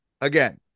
again